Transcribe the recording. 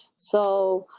so,